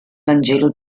vangelo